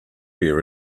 bear